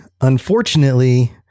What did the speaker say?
Unfortunately